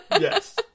Yes